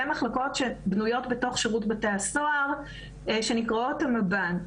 מחלקות שבנויות בתך שירות בתי הסוהר שנקראות המב"ן.